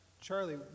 Charlie